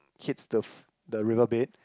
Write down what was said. hits the f~ the river bed